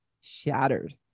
shattered